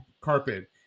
carpet